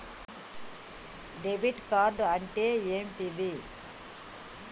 Debit card అంటే ఏంటిది?